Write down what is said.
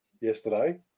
yesterday